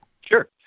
Sure